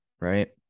right